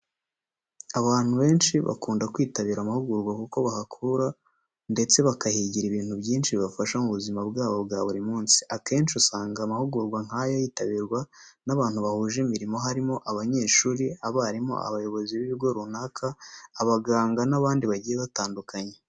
Abantu benshi bakunda kwitabira amahugurwa, kuko bahakura ndetse bakahigira ibintu byinshi bibafasha mu buzima bwabo bwa buri munsi. Akenshi, usanga amahugurwa nk'ayo yitabirwa n'abantu bahuje imirimo harimo: abanyeshuri, abarimu, abayobozi b'ibigo runaka, abaganga n'abandi bagiye batandukanye.